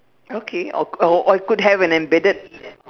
okay or or it could have an embedded